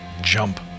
jump